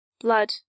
Blood